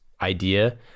idea